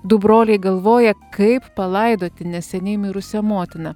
du broliai galvoja kaip palaidoti neseniai mirusią motiną